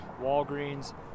Walgreens